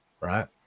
Right